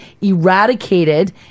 eradicated